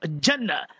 Jannah